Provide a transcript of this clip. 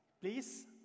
please